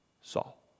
Saul